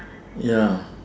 ya